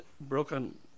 broken